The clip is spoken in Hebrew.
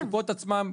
הקופות עצמן,